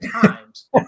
times